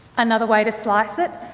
another way to slice it,